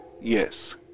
Yes